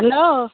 hello